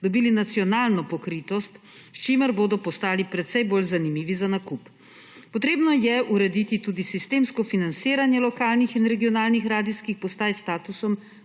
dobili nacionalno pokritost, s čimer bodo postali precej bolj zanimivi za nakup. Potrebno je urediti tudi sistemsko financiranje lokalnih in regionalnih radijskih postaj s statusom